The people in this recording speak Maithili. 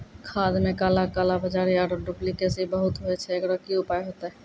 खाद मे काला कालाबाजारी आरु डुप्लीकेसी बहुत होय छैय, एकरो की उपाय होते?